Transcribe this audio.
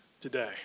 today